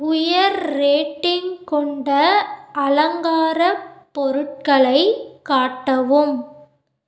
உயர் ரேட்டிங் கொண்ட அலங்கார பொருட்களை காட்டவும்